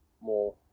more